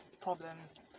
problems